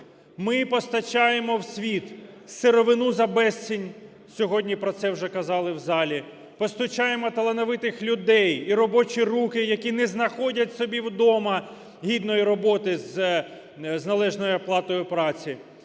Ми постачаємо в світ сировину за безцінь, сьогодні про це вже казали в залі. Постачаємо талановитих людей і робочі руки, які не знаходять собі вдома гідної роботи з належною оплатою праці.